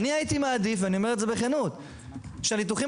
אני אומר בכנות שהייתי מעדיף שהניתוחים